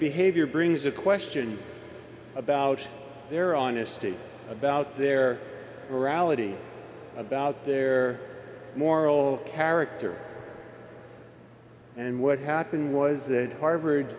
behavior brings a question about their honesty about their morality about their moral character and what happened was that harvard